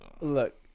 look